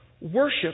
Worship